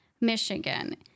Michigan